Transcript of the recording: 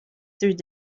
through